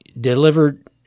delivered